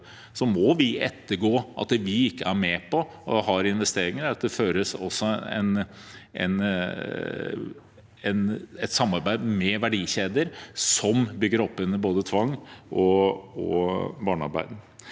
må vi ettergå at vi ikke er med på eller har investeringer, eller at det er samarbeid med verdikjeder, som bygger opp under både tvang og barnearbeid.